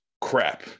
crap